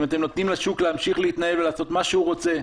אם אתם נותנים לשוק להמשיך להתנהל ולעשות מה שהוא רוצה.